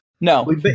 No